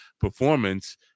performance